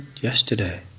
yesterday